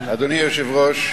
אדוני היושב-ראש,